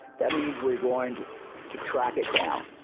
that means we're going to to track it down.